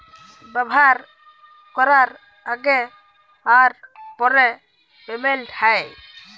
ব্যাভার ক্যরার আগে আর পরে পেমেল্ট হ্যয়